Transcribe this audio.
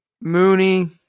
Mooney